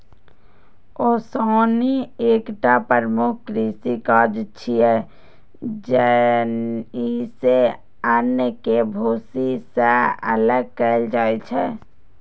ओसौनी एकटा प्रमुख कृषि काज छियै, जइसे अन्न कें भूसी सं अलग कैल जाइ छै